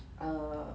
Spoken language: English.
err